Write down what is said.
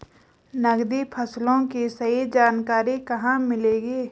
नकदी फसलों की सही जानकारी कहाँ मिलेगी?